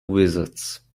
wizards